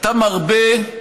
אתה מרבה,